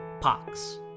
Pox